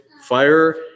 fire